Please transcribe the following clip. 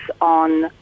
on